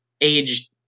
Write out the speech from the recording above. age